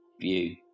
view